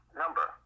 number